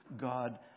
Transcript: God